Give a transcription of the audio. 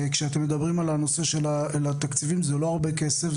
כשאתם מדברים על הנושא של התקציבים זה לא הרבה כסף,